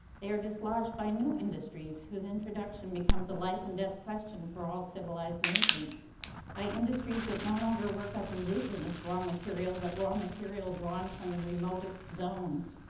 they are dislodged by new industries, whose introduction becomes a life and death question for all civilized nations by industries that no longer work up indigenous raw material, but raw material drawn from the remotest zones.